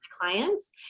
clients